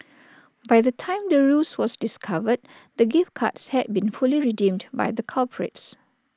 by the time the ruse was discovered the gift cards had been fully redeemed by the culprits